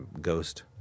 ghost